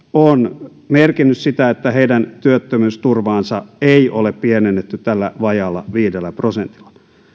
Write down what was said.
on merkinnyt sitä että heidän työttömyysturvaansa ei ole pienennetty tällä vajaalla viidellä prosentilla